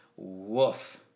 Woof